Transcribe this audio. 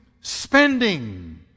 spending